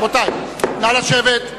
רבותי, נא לשבת.